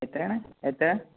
എത്രയാണ് എത്രയാണ്